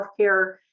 healthcare